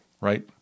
right